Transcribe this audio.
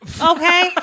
okay